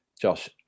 Josh